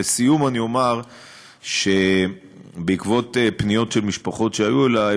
2. לסיום אומר שבעקבות פניות של משפחות אלי,